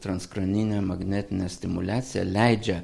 transkranijinė magnetinė stimuliacija leidžia